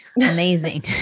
Amazing